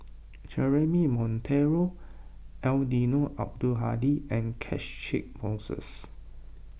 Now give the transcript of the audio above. Jeremy Monteiro Eddino Abdul Hadi and Catchick Moses